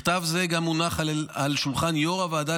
מכתב זה גם הונח על שולחן יו"ר הוועדה